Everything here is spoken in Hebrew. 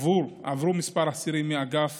עברו כמה אסירים מאגף